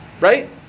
Right